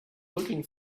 looking